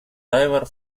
diver